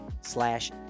slash